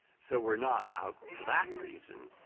so we're not out for that reason,